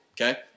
Okay